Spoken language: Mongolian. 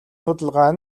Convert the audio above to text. судалгаа